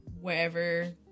wherever